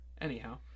Anyhow